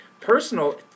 personal